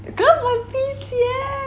看我皮鞋